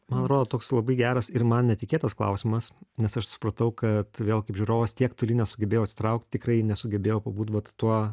man atrodo toks labai geras ir man netikėtas klausimas nes aš supratau kad vėl kaip žiūrovas tiek toli nesugebėjau atsitraukti tikrai nesugebėjau pabūt vat tuo